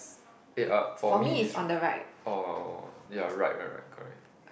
eh uh for me is oh ya right right right correct